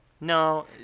No